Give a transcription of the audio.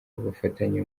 bafatanye